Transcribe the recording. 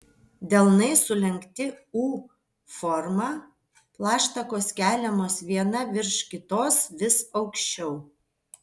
delnai sulenkti u forma plaštakos keliamos viena virš kitos vis aukščiau